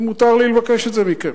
אם מותר לי לבקש את זה מכם.